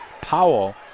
powell